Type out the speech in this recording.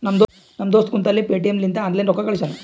ನಮ್ ದೋಸ್ತ ಕುಂತಲ್ಲೇ ಪೇಟಿಎಂ ಲಿಂತ ಆನ್ಲೈನ್ ರೊಕ್ಕಾ ಕಳ್ಶ್ಯಾನ